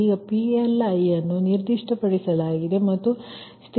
ಈಗ PLi ಅನ್ನು ನಿರ್ದಿಷ್ಟಪಡಿಸಲಾಗಿದೆ ಮತ್ತು ಸ್ಥಿರಗೊಳಿಸಲಾಗಿದೆ